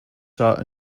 sought